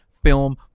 film